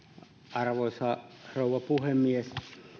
arvoisa rouva puhemies